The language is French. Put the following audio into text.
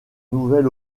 nouvel